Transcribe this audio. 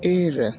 ഏഴ്